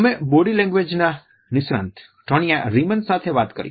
અમે body language નિષ્ણાત Tonya Reiman સાથે વાત કરી